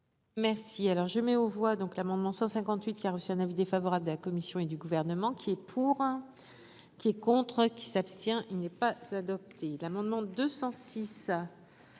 Merci, alors je mets aux voix donc l'amendement 158 qui a reçu un avis défavorable de la Commission et du gouvernement qui est pour, qui est contre qui s'abstient, il n'est pas adopté l'amendement 200.